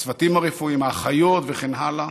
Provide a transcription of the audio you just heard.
הצוותים הרפואיים, האחיות וכן הלאה.